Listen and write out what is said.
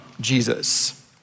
Jesus